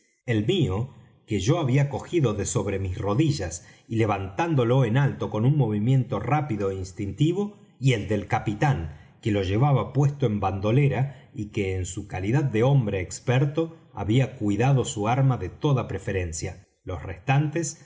el mío que yo había cogido de sobre mis rodillas y levantándolo en alto con un movimiento rápido é instintivo y el del capitán que lo llevaba puesto en bandolera y que en su calidad de hombre experto había cuidado su arma de toda preferencia los restantes